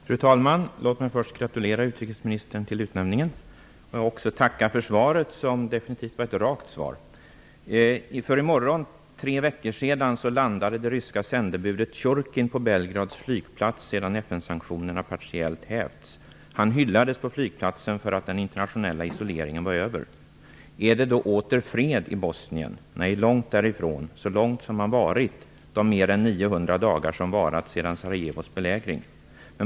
Fru talman! Låt mig först få gratulera utrikesministern till utnämningen. Jag vill också tacka för svaret som definitivt var ett rakt sådant. För tre veckor sedan i morgon landade det ryska sändebudet Tjurkin på Belgrads flygplats sedan FN sanktionerna partiellt hävts. Han hyllades på flygplatsen för att den internationella isoleringen var över. Är det då åter fred i Bosnien? Nej långt därifrån, kanske så långt därifrån som man varit under de 900 dagar som varat sedan Sarajevos belägring.